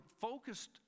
focused